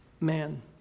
man